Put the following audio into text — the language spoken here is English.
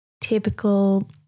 typical